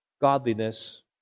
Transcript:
Godliness